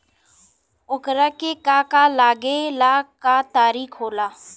ओकरा के का का लागे ला का तरीका होला?